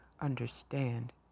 understand